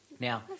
Now